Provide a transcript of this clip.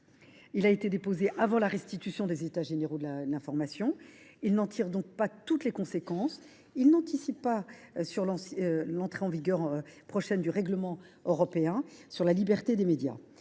Elle a été déposée avant la restitution des États généraux de l’information et n’en tire donc pas toutes les conséquences ; elle n’anticipe pas non plus l’entrée en vigueur prochaine du règlement européen sur la liberté des médias.